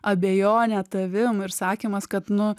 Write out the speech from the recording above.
abejonė tavim ir sakymas kad nu